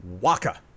Waka